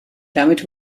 damit